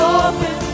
open